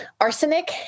Arsenic